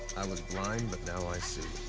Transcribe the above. i was blind but now i see.